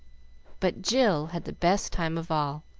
but jill had the best time of all,